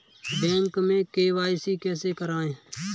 Bank में KYC कैसे करायें?